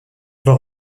voir